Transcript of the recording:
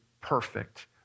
perfect